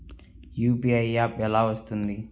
UPI app ఎలా వస్తుంది?